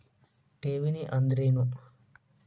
ಠೇವಣಿ ಅಂದ್ರೇನು?